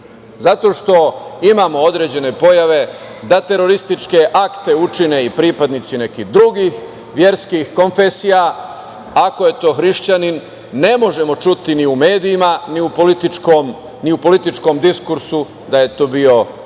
zato što imamo određene pojave da terorističke akte učine i pripadnici nekih drugih verskih konfesija. Ako je to hrišćanin, ne možemo čuti ni u medijima, ni u političkom diskursu da je to bio čin